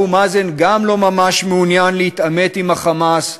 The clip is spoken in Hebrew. ובעימות בדרום מול ה"חמאס",